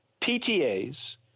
PTAs